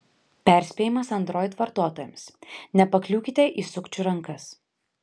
perspėjimas android vartotojams nepakliūkite į sukčių rankas